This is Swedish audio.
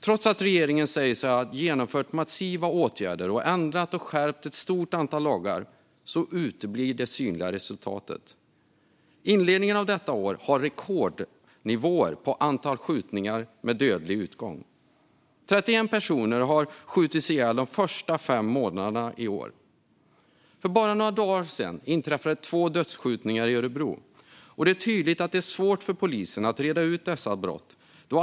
Trots att regeringen säger sig ha genomfört massiva åtgärder och ändrat och skärpt ett stort antal lagar uteblir det synliga resultatet. Inledningen av detta år har rekordnivåer på antal skjutningar med dödlig utgång. Det är 31 personer som har skjutits ihjäl de första fem månaderna i år. För bara några dagar sedan inträffade två dödsskjutningar i Örebro. Det är tydligt att det är svårt för polisen att reda ut dessa brott.